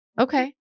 Okay